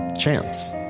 chance.